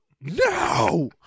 No